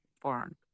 Foreign